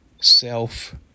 self